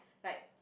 like